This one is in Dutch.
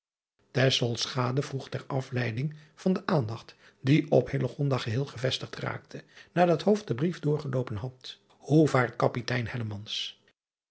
vroeg ter afleiding van de aandacht die op geheel gevestigd raakte nadat den brief doorgeloopen had oe vaart apitein